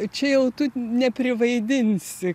čia jau tu neprivaidinsi